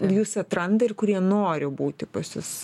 jus atranda ir kurie nori būti pas jus